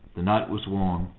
the night was warm,